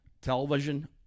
Television